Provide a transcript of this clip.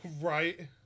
Right